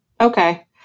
okay